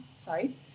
sorry